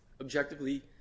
objectively